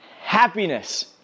happiness